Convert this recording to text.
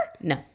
No